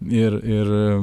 ir ir